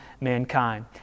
mankind